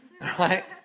right